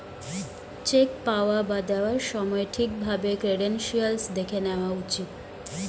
check পাওয়া বা দেওয়ার সময় ঠিক ভাবে ক্রেডেনশিয়াল্স দেখে নেওয়া উচিত